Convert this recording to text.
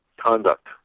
conduct